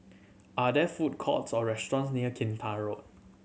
are there food courts or restaurants near Kinta Road